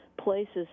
places